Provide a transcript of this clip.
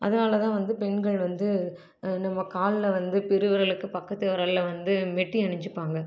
அதனால தான் வந்து பெண்கள் வந்து நம்ம காலில் வந்து பெரு விரலுக்கு பக்கத்து விரலில் வந்து மெட்டி அணிஞ்சிப்பாங்க